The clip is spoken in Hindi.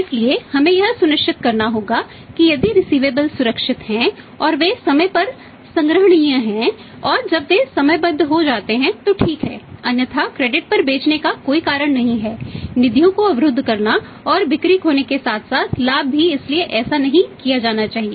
इसलिए हमें यह सुनिश्चित करना होगा कि यदि रिसिवेबलस पाने के लायक नहीं हैं